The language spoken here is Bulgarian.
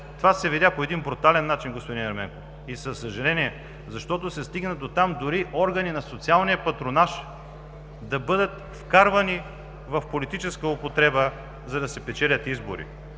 това се видя по брутален начин, господин Ерменков, за съжаление. Стигна се дотам дори органи на социалния патронаж да бъдат вкарвани в политическа употреба, за да се печелят избори.